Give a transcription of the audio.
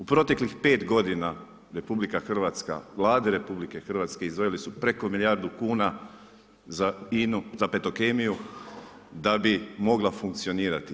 U proteklih 5 g. RH, Vlade RH, izveli su preko milijardu kuna za INA-u za petrokemiju, da bi mogla funkcionirati.